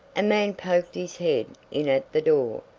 a man poked his head in at the door.